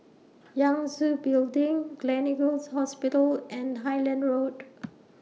Yangtze Building Gleneagles Hospital and Highland Road